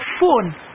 phone